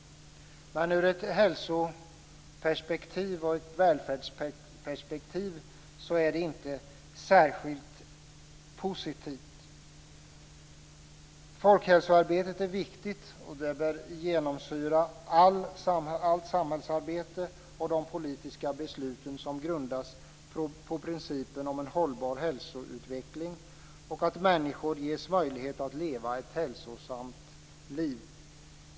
Men ur ett hälsoperspektiv och ett välfärdsperspektiv är det inte särskilt positivt. Folkhälsoarbetet är viktigt. Det bör genomsyra allt samhällsarbete och de politiska besluten som grundas på principen om en hållbar hälsoutveckling och att människor ges möjlighet att leva ett hälsosamt liv.